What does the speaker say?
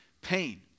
pain